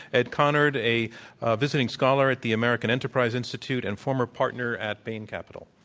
ed conard, a visiting scholar at the american enterprise institute and former partner at bain capital.